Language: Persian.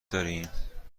داریم